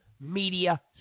media